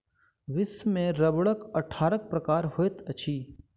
विश्व में रबड़क अट्ठारह प्रकार होइत अछि